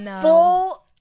full